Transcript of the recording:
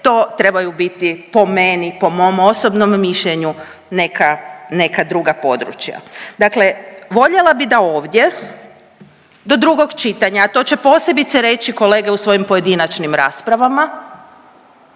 to trebaju biti po meni, po mom osobnom mišljenju neka, neka druga područja. Dakle voljela bi da ovdje do drugog čitanja, a to će posebice reći kolege u svojim pojedinačnim raspravama,